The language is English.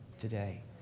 today